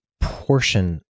portion